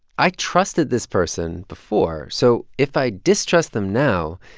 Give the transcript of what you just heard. i trusted this person before so if i distrust them now,